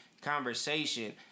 conversation